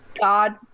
god